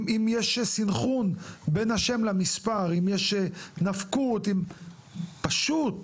אם יש סנכרון בין השם למספר, אם יש נפקות, פשוט.